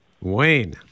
Wayne